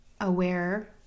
aware